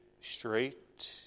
straight